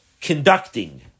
conducting